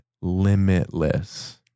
limitless